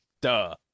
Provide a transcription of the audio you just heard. Duh